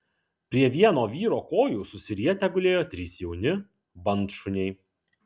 prie vieno vyro kojų susirietę gulėjo trys jauni bandšuniai